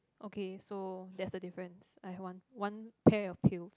okay so that's the difference I have one one pair of pills